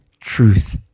truth